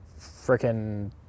freaking